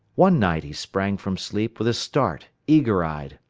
one night he sprang from sleep with a start, eager-eyed,